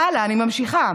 הלאה, אני ממשיכה,